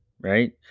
right